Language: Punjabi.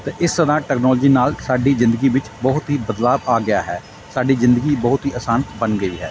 ਅਤੇ ਇਸ ਤਰ੍ਹਾਂ ਟੈਕਨੋਲਜੀ ਨਾਲ ਸਾਡੀ ਜ਼ਿੰਦਗੀ ਵਿੱਚ ਬਹੁਤ ਹੀ ਬਦਲਾਅ ਆ ਗਿਆ ਹੈ ਸਾਡੀ ਜ਼ਿੰਦਗੀ ਬਹੁਤ ਹੀ ਅਸਾਨ ਬਣ ਗਈ ਹੈ